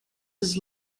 his